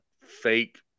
fake